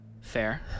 Fair